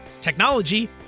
technology